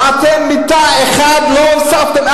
ואתם מיטה אחת לא הוספתם,